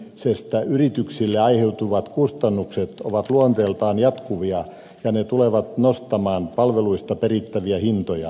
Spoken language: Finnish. tiedonantovelvollisuuksien täyttämisestä yrityksille aiheutuvat kustannukset ovat luonteeltaan jatkuvia ja ne tulevat nostamaan palveluista perittäviä hintoja